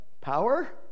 power